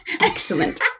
excellent